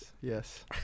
Yes